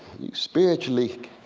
you spiritually